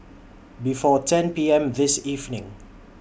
before ten P M This evening